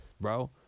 bro